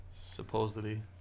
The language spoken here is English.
supposedly